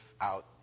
out